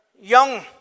young